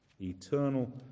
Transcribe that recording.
Eternal